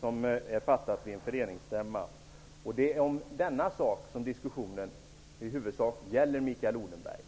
som det har fattats beslut om vid en föreningsstämma -- så löd den ursprungliga skrivningen som sedan majoriteten ändrade. Det är denna fråga som diskussionen i huvudsak gäller, Mikael Odenberg.